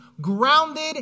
grounded